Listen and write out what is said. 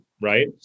right